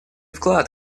вклад